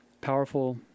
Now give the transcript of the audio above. powerful